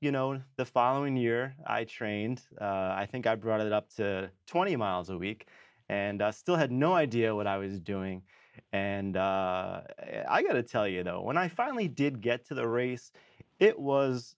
you know the following year i trained i think i brought it up to twenty miles a week and i still had no idea what i was doing and i gotta tell you though when i finally did get to the race it was